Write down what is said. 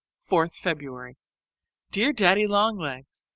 fourth february dear daddy-long-legs,